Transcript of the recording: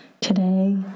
today